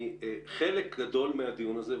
חלק גדול מהדיון הזה,